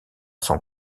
son